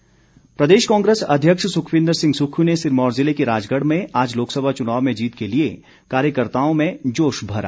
सुक्ख प्रदेश कांग्रेस अध्यक्ष सुखविन्दर सिंह सुक्खू ने सिरमौर ज़िले के राजगढ़ में आज लोकसभा चुनाव में जीत के लिए कार्यकर्ताओं में जोश भरा